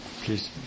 Please